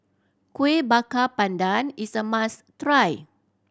Kuih Bakar Pandan is a must try